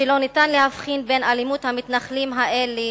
שאין אפשרות להבחין בין אלימות המתנחלים האלה